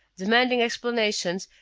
demanding explanations,